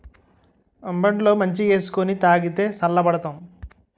అంబట్లో మజ్జికేసుకొని తాగితే సల్లబడతాం